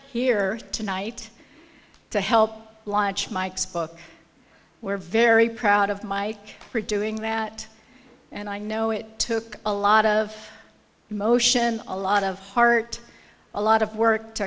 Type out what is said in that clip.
here tonight to help launch mike's book we're very proud of my for doing that and i know it took a lot of emotion a lot of heart a lot of work to